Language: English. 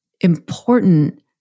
important